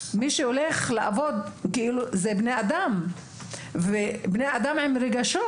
מי שהולך לעבוד אלה בני אדם ובני אדם עם רגשות.